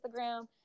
Instagram